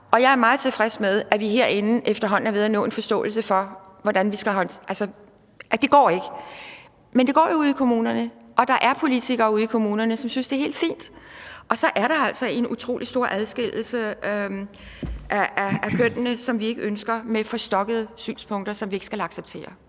Jeg er meget tilfreds med, at vi herinde efterhånden er ved at nå en forståelse for, at det ikke går. Men det går jo ude i kommunerne, og der er politikere ude i kommunerne, som synes, det er helt fint. Så der er altså en utrolig stor adskillelse af kønnene, som vi ikke ønsker, på grund af forstokkede synspunkter, som vi ikke skal acceptere.